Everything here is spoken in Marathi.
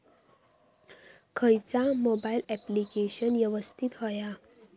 खयचा मोबाईल ऍप्लिकेशन यवस्तित होया?